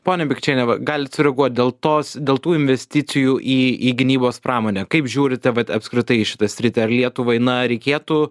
ponia bėgčiene va galit sureaguot dėl tos dėl tų investicijų į į gynybos pramonę kaip žiūrite vat apskritai į šitą sritį ar lietuvai na reikėtų